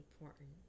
important